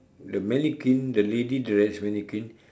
the mannequin the lady dressed mannequin